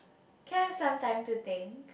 can I have some time to think